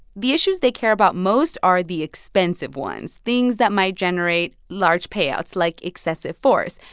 the issues they care about most are the expensive ones things that might generate large payouts, like excessive force.